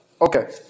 Okay